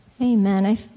Amen